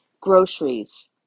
groceries